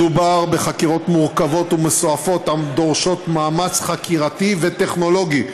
מדובר בחקירות מורכבות ומסועפות הדורשות מאמץ חקירתי וטכנולוגי.